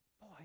Boy